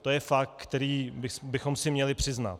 To je fakt, který bychom si měli přiznat.